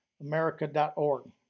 america.org